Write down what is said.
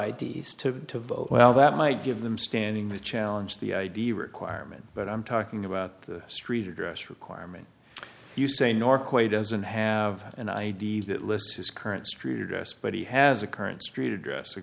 d s to vote well that might give them standing the challenge the id requirement but i'm talking about the street address requirement you say nor quade doesn't have an id that lists his current street address but he has a current street address